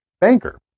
Banker